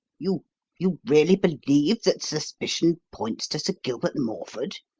you you really believe that suspicion points to sir gilbert morford?